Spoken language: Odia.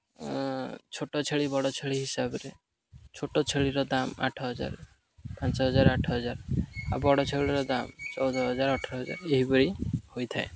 ଛୋଟ ଛେଳି ବଡ଼ ଛେଳି ହିସାବରେ ଛୋଟ ଛେଳିର ଦାମ୍ ଆଠ ହଜାର ପାଞ୍ଚ ହଜାର ଆଠ ହଜାର ଆଉ ବଡ଼ ଛେଳିର ଦାମ୍ ଚଉଦ ହଜାର ଅଠର ହଜାର ଏହିପରି ହୋଇଥାଏ